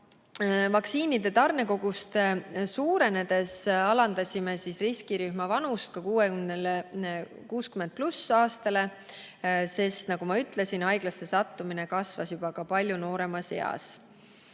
Vaktsiinide tarnekoguste suurenedes alandasime riskirühma vanusepiiri 60. eluaastale, sest nagu ma ütlesin, haiglasse sattumine kasvas ka palju nooremas eas.